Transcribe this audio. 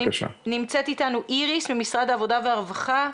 נמצאת איתנו איריס נהרי ממשרד העבודה והרווחה.